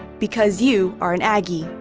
because you are an aggie.